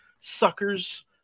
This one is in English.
suckers